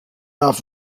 off